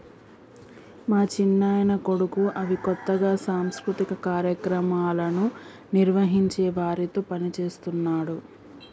మా చిన్నాయన కొడుకు అవి కొత్తగా సాంస్కృతిక కార్యక్రమాలను నిర్వహించే వారితో పనిచేస్తున్నాడు